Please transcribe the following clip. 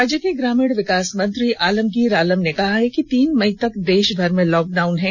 राज्य के ग्रामीण विकास मंत्री आलमगीर आलम ने कहा है कि तीन मई तक देषभर में लॉक डाउन है